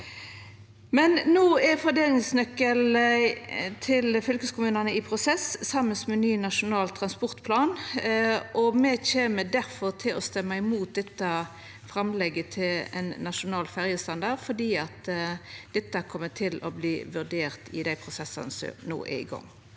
No er fordelingsnøkkelen til fylkeskommunane i prosess, saman med ny Nasjonal transportplan, og me kjem difor til å stemma mot dette framlegget til ein nasjonal ferjestandard, fordi dette kjem til å verta vurdert i dei prosessane som no er i gang.